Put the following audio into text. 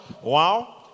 wow